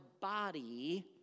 body